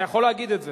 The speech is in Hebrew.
אתה יכול להגיד את זה.